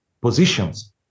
positions